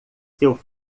seu